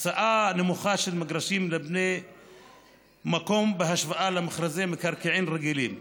הקצאה נמוכה של מגרשים לבני המקום בהשוואה למכרזי מקרקעין רגילים,